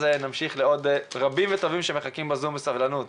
נמשיך לכל שאר הנוכחים שמחכים בסבלנות בזום.